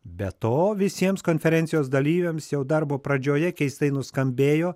be to visiems konferencijos dalyviams jau darbo pradžioje keistai nuskambėjo